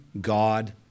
God